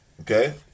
Okay